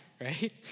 right